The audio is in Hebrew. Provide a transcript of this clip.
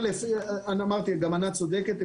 ענת גם צודקת,